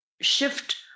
shift